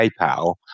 PayPal